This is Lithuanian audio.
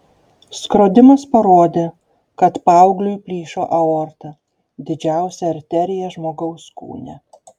skrodimas parodė kad paaugliui plyšo aorta didžiausia arterija žmogaus kūne